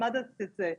למדת את זה,